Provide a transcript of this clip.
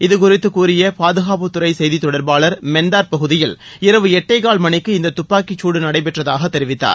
இதுகுறித்து கூறிய பாதுகாப்புத்துறை செய்தித் தொடர்பாளர் மென்தார் பகுதியில் இரவு எட்டேகால் மணிக்கு இந்த துப்பாக்கிச்சூடு நடைபெற்றதாக தெரிவித்தார்